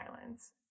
islands